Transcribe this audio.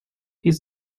his